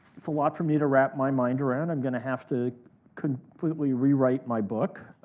it's a lot for me to wrap my mind around. i'm going to have to completely rewrite my book.